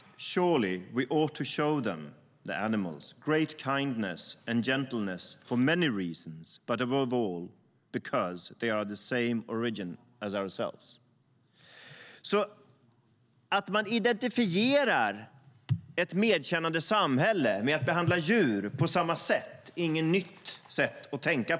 surely we ought to show them great kindness and gentleness for many reasons, but, above all, because they are of the same origin as ourselves. "Att man identifierar ett medkännande samhälle på hur man behandlar djur är alltså inget nytt sätt att tänka.